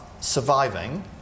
surviving